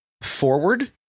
forward